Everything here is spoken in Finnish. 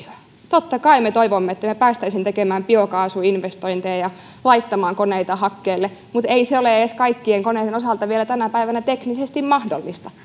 totta kai me toivomme että me pääsisimme tekemään biokaasuinvestointeja ja laittamaan koneita hakkeelle mutta ei se ole edes kaikkien koneiden osalta vielä tänä päivänä teknisesti mahdollista